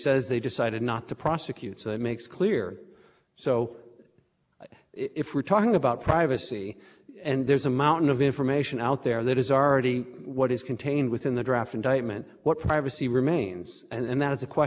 decided not to prosecute so that makes clear so if we're talking about privacy and there's a mountain of information out there that is already what is contained within the draft indictment what privacy remains and that is a question the